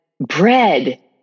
bread